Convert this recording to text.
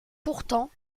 pourtant